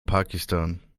pakistan